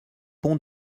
pont